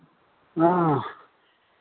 हँऽ